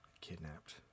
kidnapped